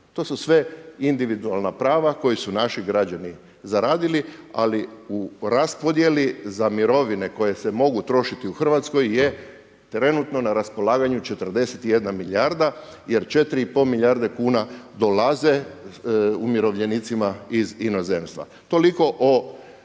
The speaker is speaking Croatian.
To su sve individualna prava koje su naši građani zaradili ali u raspodjeli za mirovine koje se mogu trošiti u Hrvatskoj je trenutno na raspolaganju 41 milijarda jer 4,5 milijarde kuna dolaze umirovljenicima iz inozemstva. Toliko o